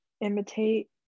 imitate